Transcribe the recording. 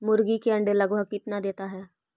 मुर्गी के अंडे लगभग कितना देता है?